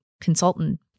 consultant